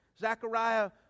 Zechariah